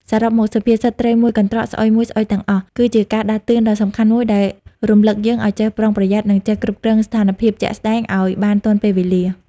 សរុបមក សុភាសិត ត្រីមួយកន្រ្តក ស្អុយមួយស្អុយទាំងអស់ គឺជាការដាស់តឿនដ៏សំខាន់មួយដែលរំលឹកយើងឲ្យចេះប្រុងប្រយ័ត្ន និងចេះគ្រប់គ្រងស្ថានភាពជាក់ស្តែងឱ្យបានទាន់ពេលវេលា ។